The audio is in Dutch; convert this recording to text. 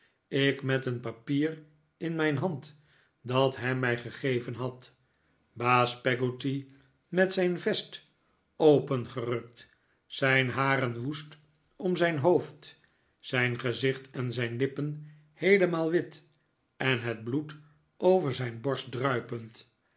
ik met een papier in mijn hand dat ham mij gegeven had baas peggotty met zijn vest opengerukt ziin haren woest om zijn hoofd zijn gezicht en zijn lippen heelemaal wit en het bloed over zijn borst druipend